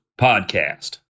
podcast